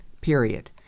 period